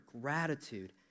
gratitude